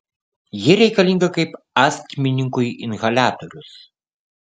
ji reikalinga kaip astmininkui inhaliatorius